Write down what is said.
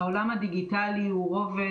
העולם הדיגיטלי הוא רובד